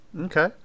Okay